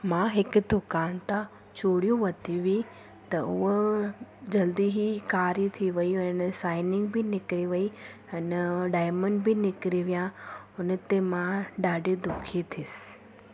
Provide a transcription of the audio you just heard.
मां हिक दुकान तां चूड़ियूं वरिती हुई त उहो जल्दी ई कारी थी वई अने साइनिंग बि निकिरी वई अना डायमंड बि निकिरी विया हुनते मां ॾाढी दुखी थियसि